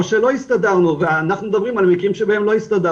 או שלא הסתדרנו ואנחנו מדברים על אותם מקרים שלא הסתדרנו,